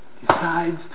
decides